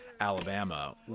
Alabama